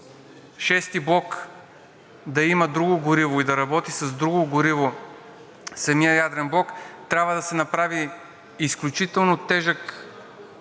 Шести блок да има друго гориво и да работи с друго гориво самият ядрен блок, трябва да се направи изключително тежък